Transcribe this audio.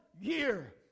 year